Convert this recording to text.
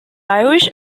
irish